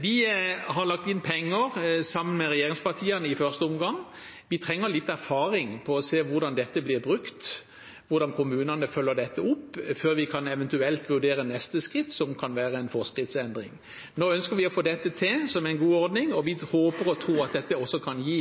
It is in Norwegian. Vi har, sammen med regjeringspartiene i første omgang, lagt inn penger. Vi trenger litt erfaring for å se hvordan dette blir brukt, hvordan kommunene følger dette opp, før vi eventuelt kan vurdere neste skritt, som kan være en forskriftsendring. Nå ønsker vi å få dette til som en god ordning, og vi håper og tror at dette også kan gi